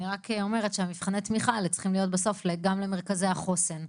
אני רק אומרת שמבחני התמיכה האלה צריכים להיות בסוף גם למרכזי החוסן.